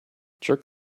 jerk